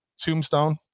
Tombstone